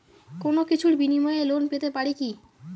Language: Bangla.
কোনো কিছুর বিনিময়ে লোন পেতে পারি কি?